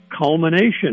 culmination